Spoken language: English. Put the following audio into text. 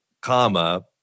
comma